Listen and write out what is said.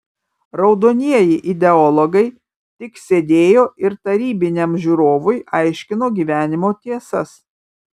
raudonieji ideologai tik sėdėjo ir tarybiniam žiūrovui aiškino gyvenimo tiesas